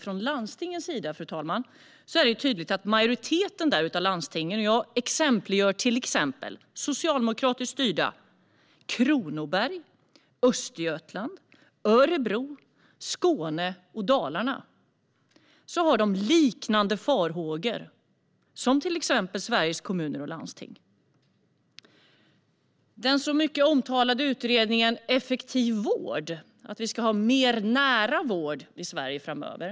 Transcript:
Fru talman! Majoriteten av landstingen, till exempel socialdemokratiskt styrda Kronoberg, Östergötland, Örebro, Skåne och Dalarna, har liknande farhågor som till exempel Sveriges Kommuner och Landsting. Den mycket omtalade utredningen Effektiv vård handlar om att vi ska ha mer nära vård i Sverige framöver.